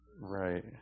Right